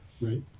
Right